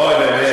אוי, באמת.